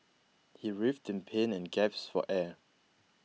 he writhed in pain and gasped for air